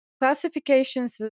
classifications